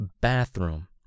bathroom